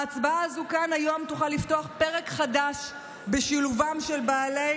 ההצעה הזו כאן היום תוכל לפתוח פרק חדש בשילובם של בעלי